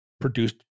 produced